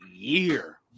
year